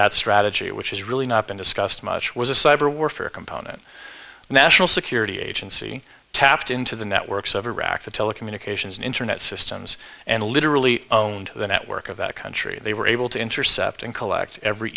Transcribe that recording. that strategy which is really not been discussed much was a cyber warfare component national security agency tapped into the networks of iraq the telecommunications and internet systems and literally the network of that country they were able to intercept and collect every